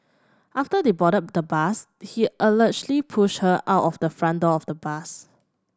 after they boarded the bus he allegedly pushed her out of the front door of the bus